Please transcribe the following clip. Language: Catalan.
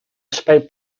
espai